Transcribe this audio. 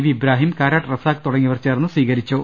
V Ibrahim Karat Razak തുട ങ്ങിയവർ ചേർന്ന് സ്വീകരിച്ചു